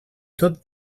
tot